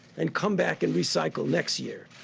and come back and recycle next year,